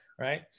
right